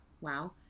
wow